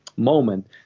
moment